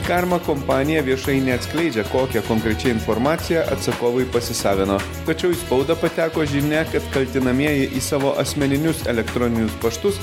karma kompanija viešai neatskleidžia kokią konkrečiai informaciją atsakovai pasisavino tačiau į spaudą pateko žinia kad kaltinamieji į savo asmeninius elektroninius paštus